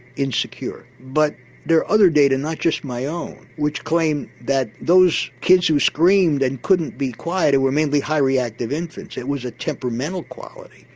insecure, but there are other data not just my own which claim that those kids who screamed and couldn't be quiet were mainly high reactive infants, it was a temperamental quality,